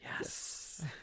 yes